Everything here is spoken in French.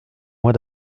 mois